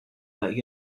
that